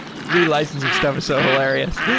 relicensing stuff is so hilarious.